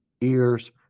ears